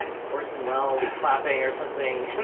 ah orson welles clapping or something, and